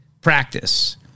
practice